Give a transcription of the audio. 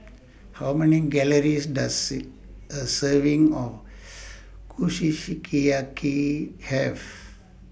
How Many Calories Does IT A Serving of Have